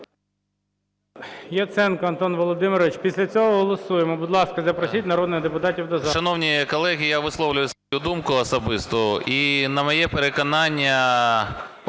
Яценко Антон Володимирович. Після цього голосуємо. Будь ласка, запросіть народних депутатів до зали. 13:38:56 ЯЦЕНКО А.В. Шановні колеги, я висловлюю свою думку особисту. І на моє переконання,